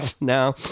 now